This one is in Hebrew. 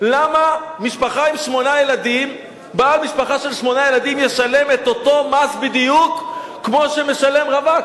ולמה בעל משפחה עם שמונה ילדים ישלם אותו מס בדיוק כמו שמשלם רווק?